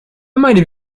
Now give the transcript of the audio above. might